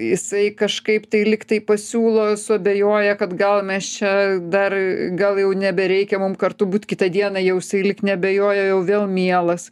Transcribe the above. jisai kažkaip tai lyg tai pasiūlo suabejoja kad gal mes čia dar gal jau nebereikia mum kartu būt kitą dieną jau jisai lyg neabejojo jau vėl mielas